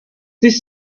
this